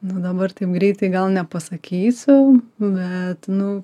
na dabar taip greitai gal nepasakysiu net nu